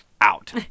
out